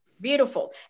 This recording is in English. Beautiful